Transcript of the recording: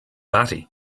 batty